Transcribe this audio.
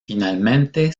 finalmente